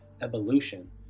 evolution